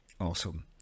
Awesome